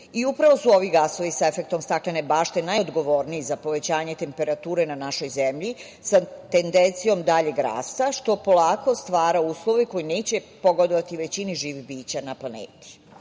Upravo su ovi gasovi sa efektom staklene bašte najodgovorniji za povećanje temperature na našoj zemlji sa tendencijom daljeg rasta, što polako stvara uslove koji neće pogodovati većini živih bića na planeti.U